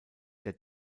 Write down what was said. der